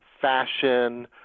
fashion